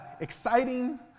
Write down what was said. exciting